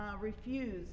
refuse